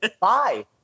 Bye